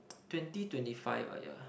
twenty twenty five ah yeah